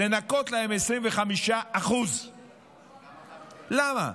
לנכות להם 25%. למה?